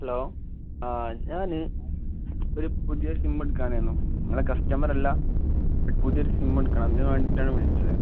hello ആ ഞാൻ ഒരു പുതിയ സിമ്മ് എടുക്കാനായിരുന്നു നിങ്ങളുടെ കസ്റ്റമർ അല്ല പുതിയ ഒരു സിമ്മ് എടുക്കണം അതിന് വേണ്ടിയിട്ടാണ് വിളിച്ചത്